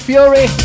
Fury